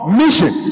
mission